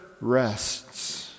rests